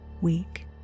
weak